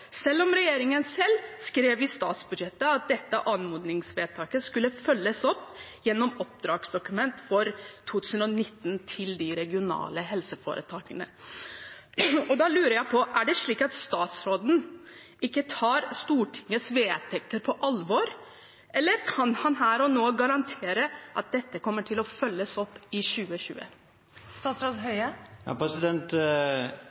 selv om regjeringen selv skrev i statsbudsjettet at dette anmodningsvedtaket skulle følges opp gjennom oppdragsdokumentene for 2019 til de regionale helseforetakene. Da lurer jeg på: Er det slik at statsråden ikke tar Stortingets vedtak på alvor, eller kan han her og nå garantere at dette kommer til å bli fulgt opp i